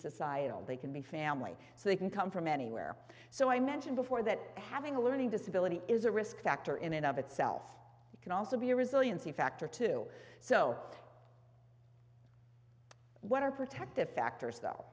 societal they can be family so they can come from anywhere so i mentioned before that having a learning disability is a risk factor in and of itself it can also be a resiliency factor too so what are protective factors though